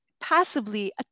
passively